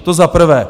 To za prvé.